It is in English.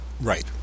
Right